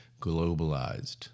globalized